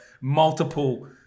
multiple